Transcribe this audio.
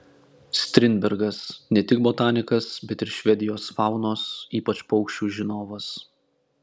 strindbergas ne tik botanikas bet ir švedijos faunos ypač paukščių žinovas